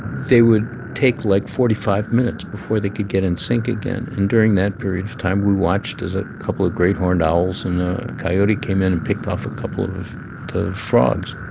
they would take, like, forty five minutes before they could get in sync again. and during that period of time, we watched as a couple of great horned owls and a coyote came in and picked off a couple of the frogs